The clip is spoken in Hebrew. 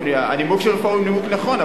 הנימוק של רפואה הוא נימוק נכון,